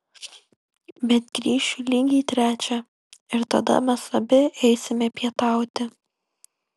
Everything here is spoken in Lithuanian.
bet grįšiu lygiai trečią ir tada mes abi eisime pietauti